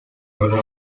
haram